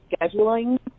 scheduling